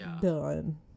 done